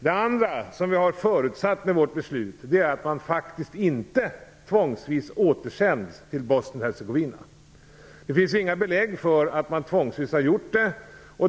Det andra som vi har förutsatt med vårt beslut är att man faktiskt inte tvångsvis återsänds till Bosnien Hercegovina. Det finns inga belägg för att man tvångsvis har återsänts.